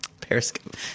Periscope